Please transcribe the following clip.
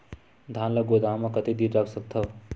धान ल गोदाम म कतेक दिन रख सकथव?